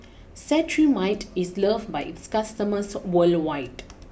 Cetrimide is loved by its customers worldwide